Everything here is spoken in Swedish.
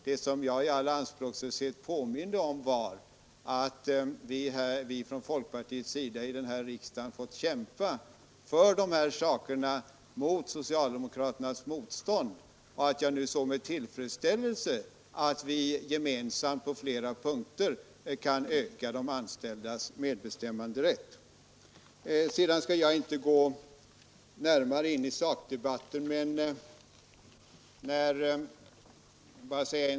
Vad jag i all anspråkslöshet påminde om var att vi från folkpartiets sida under motstånd från socialdemokraterna har fått kämpa för dessa saker här i riksdagen och att jag nu med tillfredsställelse ser att vi på flera punkter gemensamt kan öka de anställdas medbestämmanderätt. Jag skall inte gå närmare in på sakdebatten.